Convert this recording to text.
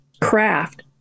craft